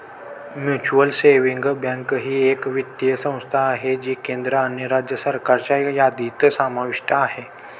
mutual savings bank ही एक वित्तीय संस्था आहे जी केंद्र आणि राज्य सरकारच्या यादीत समाविष्ट आहे